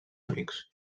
amics